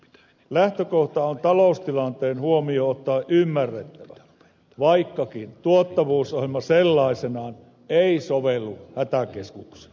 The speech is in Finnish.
lähtökohta on taloustilanteen huomioon ottaen ymmärrettävä vaikkakaan tuottavuusohjelma sellaisenaan ei sovellu hätäkeskuksiin